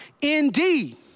Indeed